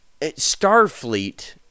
...Starfleet